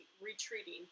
retreating